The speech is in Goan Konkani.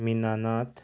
मिनानाथ